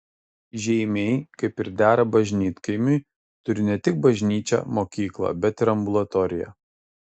žeimiai kaip ir dera bažnytkaimiui turi ne tik bažnyčią mokyklą bet ir ambulatoriją